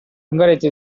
ungaretti